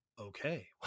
okay